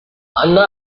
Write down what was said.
anna